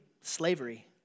slavery